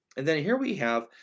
and then here we have,